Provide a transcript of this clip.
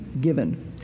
given